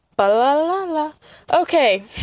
Okay